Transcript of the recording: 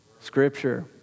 Scripture